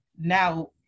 now